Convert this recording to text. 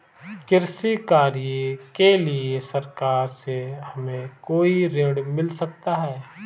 कृषि कार्य के लिए सरकार से हमें कोई ऋण मिल सकता है?